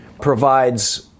provides